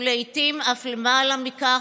ולעיתים אף למעלה מכך,